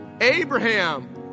Abraham